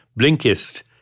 Blinkist